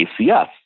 ACS